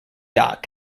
dock